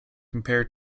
compared